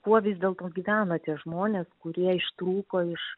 kuo vis dėlto gyveno tie žmonės kurie ištrūko iš